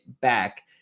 back